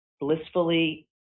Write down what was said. blissfully